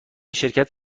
شرکت